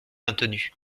maintenu